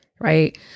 right